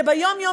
שביום-יום,